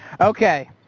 Okay